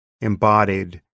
embodied